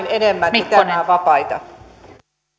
enemmän pitämään vapaita